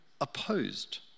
opposed